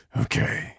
Okay